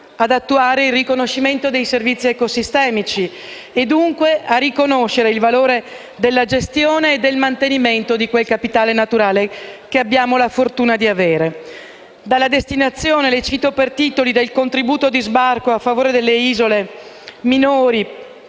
ad attuare il riconoscimento dei servizi ecosistemici, e dunque a riconoscere il valore della gestione e del mantenimento di quel capitale naturale che abbiamo la fortuna di avere. Cito per titoli. Dal contributo di sbarco a favore delle isole minori